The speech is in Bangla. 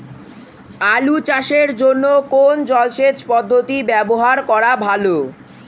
আলু চাষের জন্য কোন জলসেচ পদ্ধতি ব্যবহার করা ভালো?